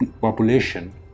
population